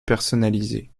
personnalisé